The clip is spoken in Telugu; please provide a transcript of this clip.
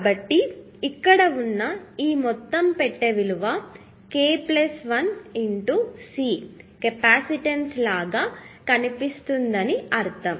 కాబట్టి ఇక్కడ ఉన్న ఈ మొత్తం పెట్టె విలువ k 1 కెపాసిటన్స్ లాగా కనిపిస్తుందని అర్థం